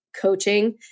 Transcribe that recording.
coaching